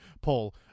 Paul